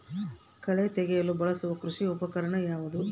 ಕಳೆ ತೆಗೆಯಲು ಬಳಸುವ ಕೃಷಿ ಉಪಕರಣ ಯಾವುದು?